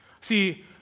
See